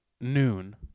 noon